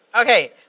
Okay